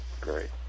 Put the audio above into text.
great